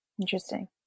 Interesting